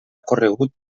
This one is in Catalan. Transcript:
ocorregut